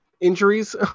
injuries